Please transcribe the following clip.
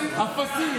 אפסים.